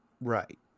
right